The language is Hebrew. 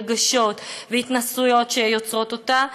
רגשות והתנסויות שיוצרות אותה.